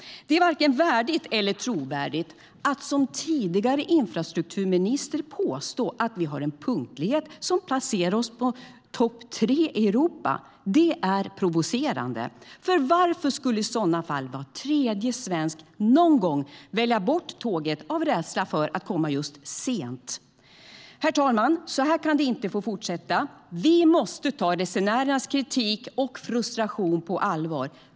Det är varken värdigt eller trovärdigt. Att som tidigare infrastrukturminister påstå att vi har en punktlighet som placerar oss bland topp tre i Europa är provocerande. Varför skulle i sådana fall var tredje svensk någon gång välja bort tåget av rädsla för att komma just sent? Herr talman! Så här kan det inte få fortsätta. Vi måste ta resenärernas kritik och frustration på allvar.